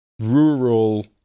rural